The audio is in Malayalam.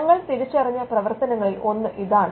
ഞങ്ങൾ തിരിച്ചറിഞ്ഞ പ്രവർത്തനങ്ങളിൽ ഒന്നിതാണ്